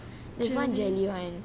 jelly